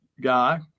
guy